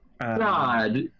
God